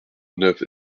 neuf